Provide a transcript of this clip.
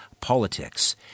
politics